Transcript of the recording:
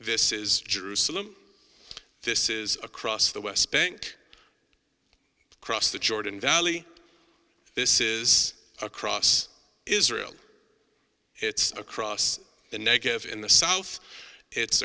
this is jerusalem this is across the west bank crossed the jordan valley this is across israel it's across the negev in the south it's